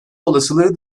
olasılığı